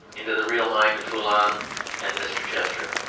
into the real mind of foulon and mr. chester.